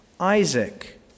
Isaac